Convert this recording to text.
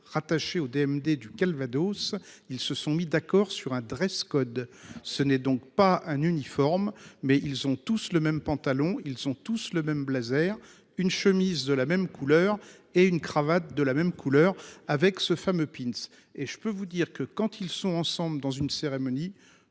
rattaché au DM des du Calvados. Ils se sont mis d'accord sur un dress code. Ce n'est donc pas un uniforme mais ils ont tous le même pantalon, ils sont tous le même blazer une chemise de la même couleur et une cravate de la même couleur, avec ce fameux pince et je peux vous dire que quand ils sont ensemble dans une cérémonie